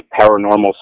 paranormal